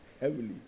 heavily